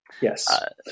Yes